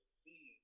see